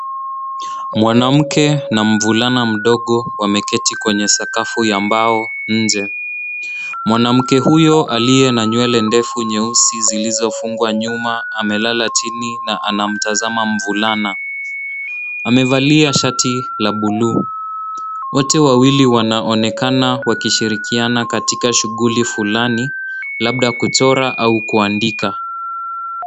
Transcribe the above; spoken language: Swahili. Mwanamke na mvulana mdogo wameketi kwenye sakafu ya mbao nje. Mwanamke huyo aliye na nywele ndefu nyeusi zilizofungwa nyuma amelala chini na anamtazama mvulana. Amevalia shati la bluu. Wote wawili wanaonekana wakishirikiana katika shughuli fulani, labda kuchora au kuandika.